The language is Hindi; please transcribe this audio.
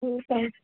ठीक है